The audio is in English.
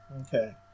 Okay